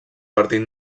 partit